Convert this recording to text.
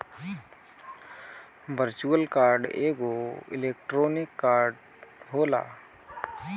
virtual card एगो electronic card होला